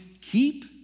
keep